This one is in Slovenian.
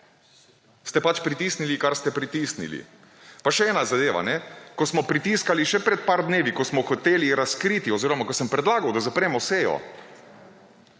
ste pač pritisnili, kar ste pritisnili. Pa še ena zadeva. Ko smo pritiskali še pred par dnevi, ko smo hoteli razkriti oziroma ko sem predlagal, da zapremo sejo,